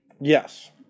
yes